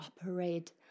operate